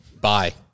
Bye